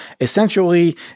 essentially